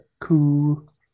Cool